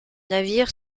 navire